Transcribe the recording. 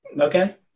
Okay